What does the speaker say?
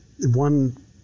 one